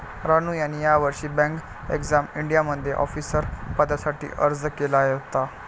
रानू यांनी यावर्षी bank exam इंडियामध्ये ऑफिसर पदासाठी अर्ज केला होता